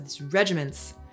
regiments